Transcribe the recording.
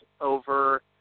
over